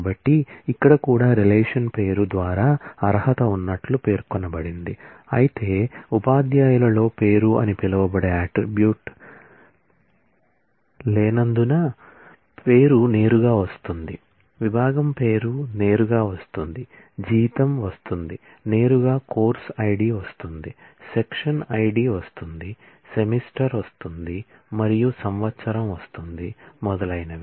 కాబట్టి ఇక్కడ కూడా రిలేషన్ పేరు ద్వారా అర్హత ఉన్నట్లు పేర్కొనబడింది అయితే ఉపాధ్యాయులలో పేరు అని పిలువబడే అట్ట్రిబ్యూట్ లేనందున పేరు నేరుగా వస్తుంది విభాగం పేరు నేరుగా వస్తుంది జీతం వస్తుంది నేరుగా కోర్సు ఐడి వస్తుంది సెక్షన్ ఐడి వస్తుంది సెమిస్టర్ వస్తుంది మరియు సంవత్సరం వస్తుంది మొదలైనవి